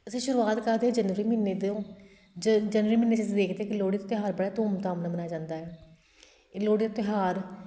ਅਸੀਂ ਸ਼ੁਰੂਆਤ ਕਰਦੇ ਹਾਂ ਜਨਵਰੀ ਮਹੀਨੇ ਤੋਂ ਜ ਜਨਵਰੀ ਮਹੀਨੇ 'ਚ ਅਸੀਂ ਦੇਖਦੇ ਕਿ ਲੋਹੜੀ ਦਾ ਤਿਉਹਾਰ ਬੜਾ ਧੂਮਧਾਮ ਨਾਲ਼ ਮਨਾਇਆ ਜਾਂਦਾ ਹੈ ਇਹ ਲੋਹੜੀ ਦਾ ਤਿਉਹਾਰ